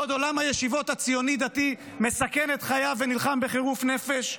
בעוד עולם הישיבות הציוני-דתי מסכן את חייו ונלחם בחירוף נפש?